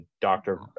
doctor